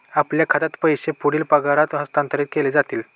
आपल्या खात्यात पैसे पुढील पगारात हस्तांतरित केले जातील